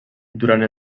durant